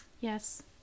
Yes